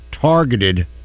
targeted